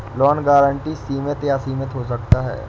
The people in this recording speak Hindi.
लोन गारंटी सीमित या असीमित हो सकता है